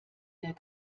der